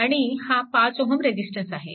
आणि हा 5 Ω रेजिस्टंस आहे